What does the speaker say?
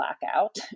blackout